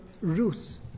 Ruth